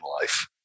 life